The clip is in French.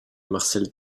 marcelle